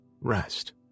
rest